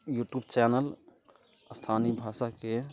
U ट्यबू channel स्थानीय भाषाके